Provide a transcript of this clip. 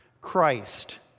christ